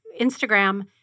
Instagram